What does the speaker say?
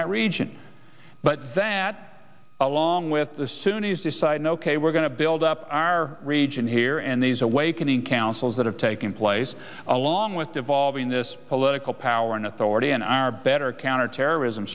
that region but that along with the sunni's decided ok we're going to build up our region here and these awakening councils that have taken place along with devolving this political power and authority in our better counterterrorism